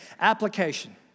application